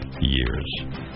years